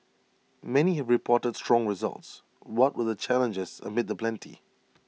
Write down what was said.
many have reported strong results what were the challenges amid the plenty